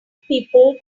people